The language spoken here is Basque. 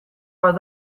bat